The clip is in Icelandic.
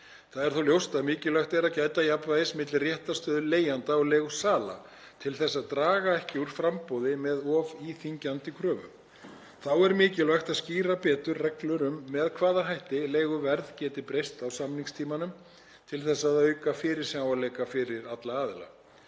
Það er þó ljóst að mikilvægt er að gæta að jafnvægis milli réttarstöðu leigjenda og leigusala til þess að draga ekki úr framboði með of íþyngjandi kröfum. Þá er mikilvægt að skýra betur reglur um með hvaða hætti leiguverð geti breyst á samningstímanum til þess að auka fyrirsjáanleika fyrir alla aðila.